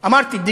איזה כדורים?